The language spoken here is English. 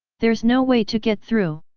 there's no way to get through!